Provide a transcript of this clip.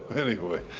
anyway.